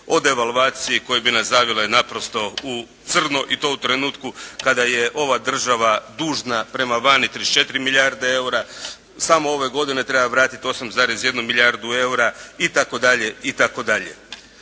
o devalvacije koje bi nas zavile naprosto u crno i to u trenutku kada je ova država dužna prema vani 34 milijarde eura. Samo ove godine treba vratiti jednu milijardu eura itd.